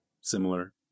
similar